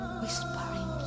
whispering